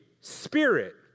Spirit